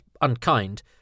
unkind